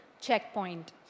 checkpoint